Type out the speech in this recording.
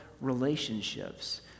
relationships